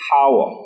power